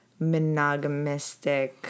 monogamistic